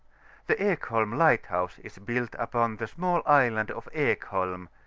the ekholm lighthouse is built upon the small island of ekholm,